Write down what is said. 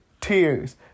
tears